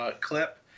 clip